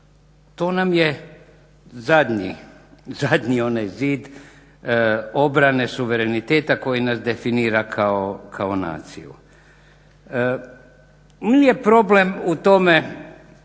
To nam je zadnji onaj zid obrane suvereniteta koji nas definira kao naciju. Nije problem u tome